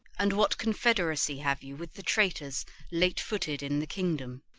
and what confederacy have you with the traitors late footed in the kingdom?